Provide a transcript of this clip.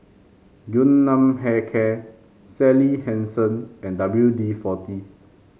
Yun Nam Hair Care Sally Hansen and W D forty